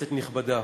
כנסת נכבדה,